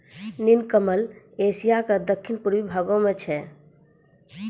नीलकमल एशिया के दक्खिन पूर्वी भागो मे छै